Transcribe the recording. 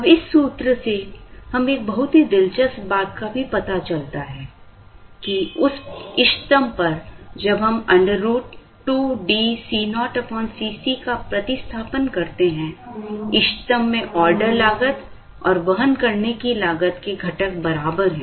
अब इस सूत्र से हम एक बहुत ही दिलचस्प बात का भी पता चलता है कि उस इष्टतम पर जब हम √ 2DCoCcका प्रतिस्थापन करते हैं इष्टतम में ऑर्डर लागत और वहन करने की लागत के घटक बराबर हैं